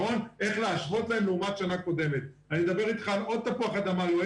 אני לא מתחייב על זה אבל --- מי שלא